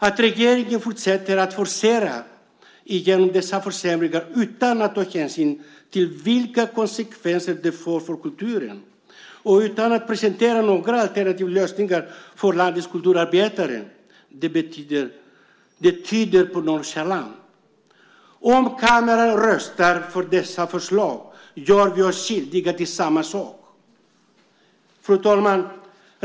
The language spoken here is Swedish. Att regeringen fortsätter att forcera igenom dessa försämringar utan att ta hänsyn till vilka konsekvenser det får för kulturen och utan att presentera några alternativa lösningar för landets kulturarbetare tyder på nonchalans. Om kammaren röstar för dessa förslag gör vi oss skyldiga till samma sak. Fru talman!